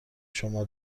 شما